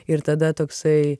ir tada toksai